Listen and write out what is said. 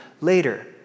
later